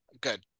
Good